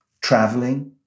traveling